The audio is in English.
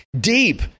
deep